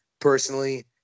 personally